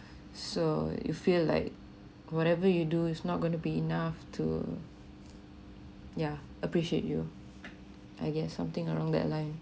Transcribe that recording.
so you feel like whatever you do is not going to be enough to ya appreciate you I guess something along that line